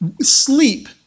sleep